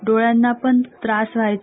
डोळ्यांना पण त्रास व्हायचा